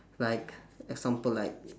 like example like